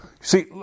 See